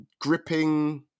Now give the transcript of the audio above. Gripping